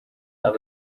aho